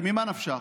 כי ממה נפשך,